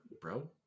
bro